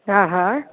हा हा